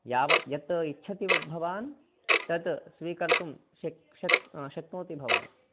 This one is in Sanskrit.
यावत् यत् इच्छति भवान् तत् स्वीकर्तुं शक् शक् शक्नोति भवान्